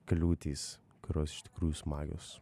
kliūtys kurios iš tikrųjų smagios